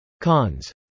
Cons